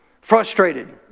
Frustrated